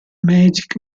magic